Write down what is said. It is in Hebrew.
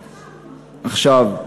עכשיו,